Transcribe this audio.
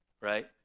right